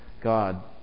God